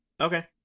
Okay